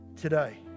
today